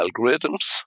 algorithms